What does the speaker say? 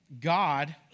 God